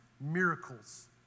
miracles